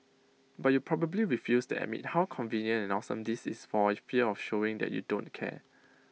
but you probably refuse to admit how convenient and awesome this is for fear of showing that you don't care